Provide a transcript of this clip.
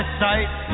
sight